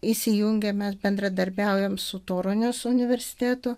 įsijungę mes bendradarbiaujam su torūnės universitetu